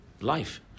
Life